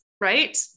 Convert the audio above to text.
right